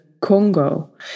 Congo